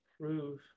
prove